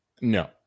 No